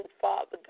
Father